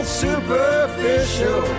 superficial